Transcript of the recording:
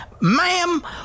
Ma'am